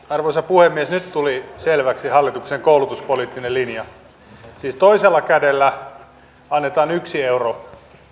arvoisa puhemies nyt tuli selväksi hallituksen koulutuspoliittinen linja siis toisella kädellä annetaan yksi euro